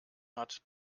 hat